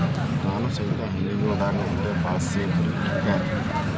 ನಾರು ಸಹಿತ ಹಣ್ಣಿಗೆ ಉದಾಹರಣೆ ಅಂದ್ರ ಬಾಳೆ ಸೇಬು ಬೆರ್ರಿ ಇತ್ಯಾದಿ